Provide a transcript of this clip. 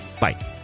Bye